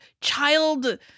child-